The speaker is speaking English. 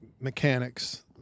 mechanics